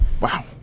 Wow